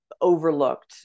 overlooked